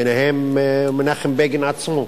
ביניהם מנחם בגין עצמו,